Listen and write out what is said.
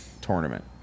tournament